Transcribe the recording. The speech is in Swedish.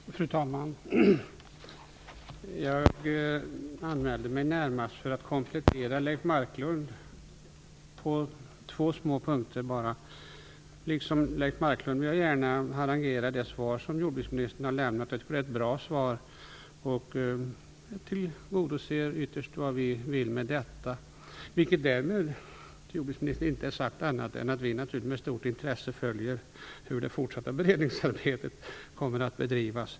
Fru talman! Jag anmälde mig till den här debatten närmast för att komplettera Leif Marklund på två små punkter. Liksom Leif Marklund vill jag gärna harangera det svar som jordbruksministern har lämnat. Jag tycker att det är ett bra svar som ytterst tillgodoser vad vi vill med detta. Därmed är inte sagt annat, jordbruksministern, än att vi med stort intresse följer hur det fortsatta beredningsarbetet kommer att bedrivas.